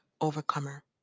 overcomer